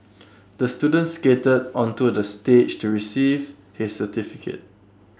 the student skated onto the stage to receive his certificate